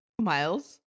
miles